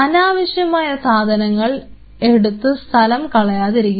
അനാവശ്യമായ സാധനങ്ങൾ എടുത്തു സ്ഥലം കളയാതിരിക്കുക